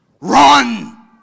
Run